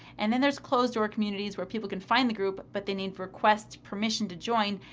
and then there's closed-door communities where people can find the group but they need to requests permission to join.